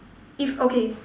if okay